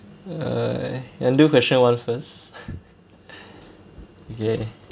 err can do question one first okay